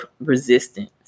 resistance